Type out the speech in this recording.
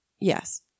yes